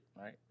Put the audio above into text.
right